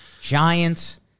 Giants